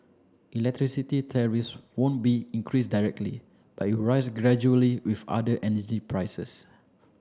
electricity tariffs won't be increased directly but will rise gradually with other energy prices